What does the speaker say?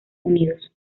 unidos